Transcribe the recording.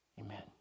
amen